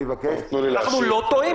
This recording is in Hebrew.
אני מבקש --- אנחנו לא טועים,